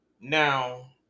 Now